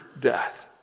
death